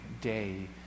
day